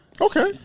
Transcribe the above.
okay